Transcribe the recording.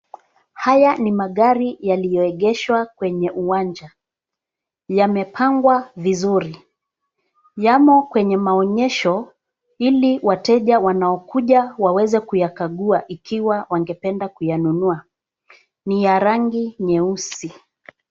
Haya ni magari yaliyoegeshwa kwenye uwanja. Yamepangwa vizuri. Yamo kwenye maonyesho ili wateja wanaokuja waweze kuyakagua ikiwa wangependa kuyanunua. Ni ya rangi nyeusi.